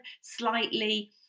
slightly